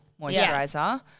moisturizer